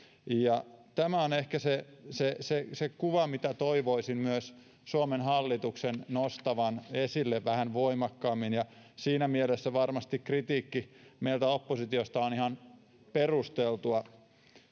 tämä on ehkä se se kuva mitä toivoisin myös suomen hallituksen nostavan esille vähän voimakkaammin ja siinä mielessä varmasti kritiikki meiltä oppositiosta on ihan perusteltua